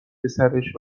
پسرش